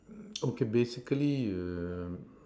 okay basically err